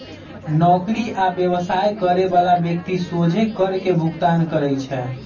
नौकरी आ व्यवसाय करे बला व्यक्ति सोझे कर के भुगतान करइ छै